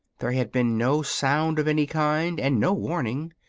there had been no sound of any kind and no warning.